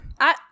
I-